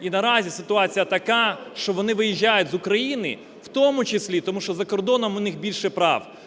І на разі ситуація така, що вони виїжджають з України в тому числі тому, що за кордоном у них більше прав.